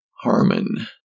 Harmon